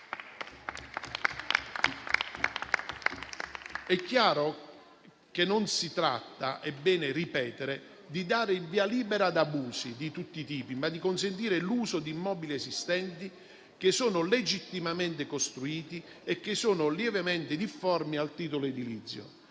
È chiaro che si tratta - è bene ripeterlo - non di dare il via libera ad abusi di tutti i tipi, ma di consentire l'uso di immobili esistenti che sono legittimamente costruiti e sono lievemente difformi al titolo edilizio.